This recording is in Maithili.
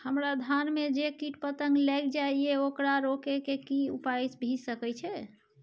हमरा धान में जे कीट पतंग लैग जाय ये ओकरा रोके के कि उपाय भी सके छै?